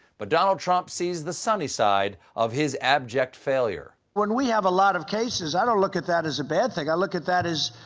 but donald trump sees the sunny side of is abject failure. when we have a lot of cases, i don't look at that as a bad thing. i look at that as,